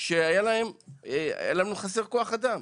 שהיה חסר לנו כוח אדם.